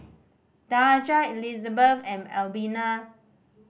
Daja Elizebeth and Albina